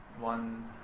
one